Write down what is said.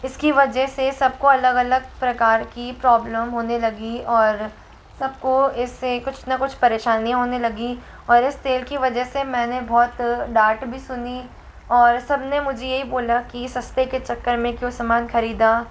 इसकी वजह से सबको अलग अलग प्रकार की प्रॉब्लम होने लगी और सबको इससे कुछ ना कुछ परेशानीयाँ होने लगीं और इस तेल की वजह से मैंने बहुत डाँट भी सुनी और सबने मुझे यही बोला कि सस्ते के चक्कर में क्यों सामान खरीदा